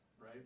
right